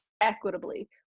equitably